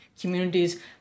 communities